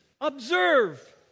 observe